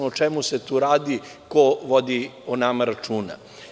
O čemu se tu radi, ko vodi o nama računa.